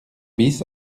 bis